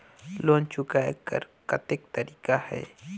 Loan चुकाय कर कतेक तरीका है?